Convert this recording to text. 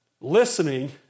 listening